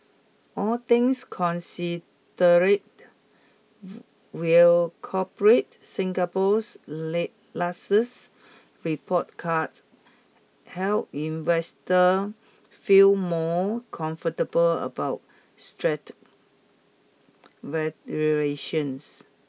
all things considered will corporate Singapore's lasts report card help investors feel more comfortable about stretched valuations